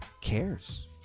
cares